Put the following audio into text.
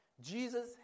Jesus